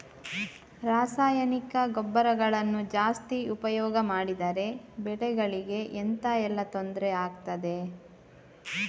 ರಾಸಾಯನಿಕ ಗೊಬ್ಬರಗಳನ್ನು ಜಾಸ್ತಿ ಉಪಯೋಗ ಮಾಡಿದರೆ ಬೆಳೆಗಳಿಗೆ ಎಂತ ಎಲ್ಲಾ ತೊಂದ್ರೆ ಆಗ್ತದೆ?